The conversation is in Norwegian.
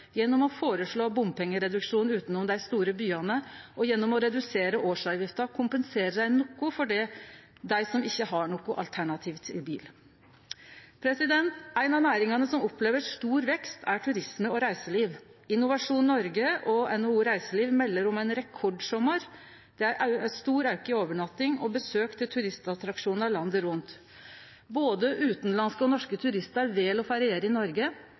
gjennom å føreslå bompengereduksjon utanom dei store byane, og gjennom å redusere årsavgifta kompenserer ein noko for dei som ikkje har noko alternativ til bil. Ei av næringane som opplever stor vekst, er turisme og reiseliv. Innovasjon Noreg og NHO Reiseliv melder om ein rekordsommar – det er stor auke i overnatting og besøk til turistattraksjonar landet rundt. Både utanlandske og norske turistar vel å feriere i Noreg.